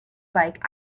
bike